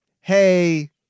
hey